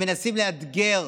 הם מנסים לאתגר